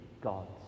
God's